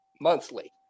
monthly